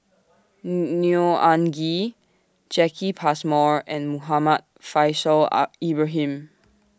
Neo Anngee Jacki Passmore and Muhammad Faishal up Ibrahim